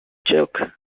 joke